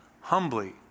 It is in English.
humbly